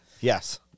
Yes